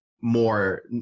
more